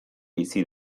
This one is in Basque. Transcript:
bizi